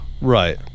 Right